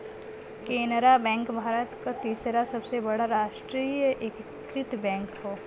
Canara bank Bharat क तीसरा सबसे बड़ा राष्ट्रीयकृत बैंक हौ